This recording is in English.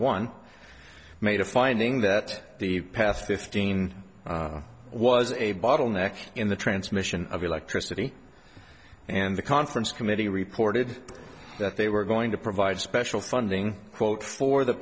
one made a finding that the past fifteen was a bottleneck in the transmission of electricity and the conference committee reported that they were going to provide special funding quote for the